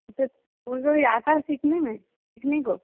कोई आता है सीखने में सीखने को